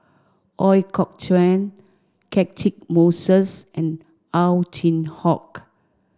Ooi Kok Chuen Catchick Moses and Ow Chin Hock